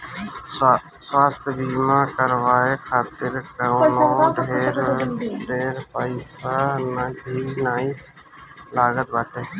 स्वास्थ्य बीमा करवाए खातिर कवनो ढेर पईसा भी नाइ लागत बाटे